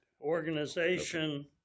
Organization